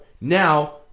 Now